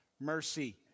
mercy